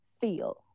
feel